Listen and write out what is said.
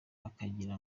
bakagira